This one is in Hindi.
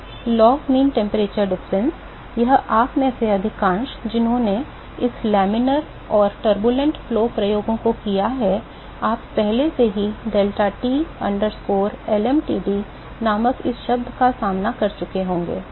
तो लॉग माध्य तापमान अंतर यह आप में से अधिकांश जिन्होंने इस लामिना और अशांत प्रवाह प्रयोगों को किया है आप पहले से ही deltaT lmtd नामक इस शब्द का सामना कर चुके होंगे